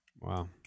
Wow